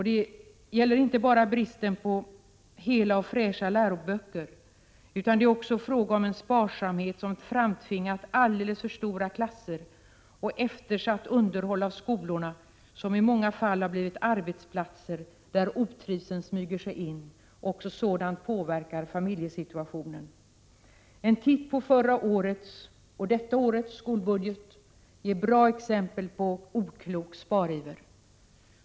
Det gäller inte bara bristen på hela och fräscha läroböcker, utan det är också fråga om en sparsamhet som framtvingat alldeles för stora klasser och eftersatt underhåll av skolorna, som i många fall har blivit arbetsplatser där otrivseln smyger sig in. Också sådant påverkar familjesituationen. En titt på förra och även detta årets skolbudget ger bra exempel på oklok spariver.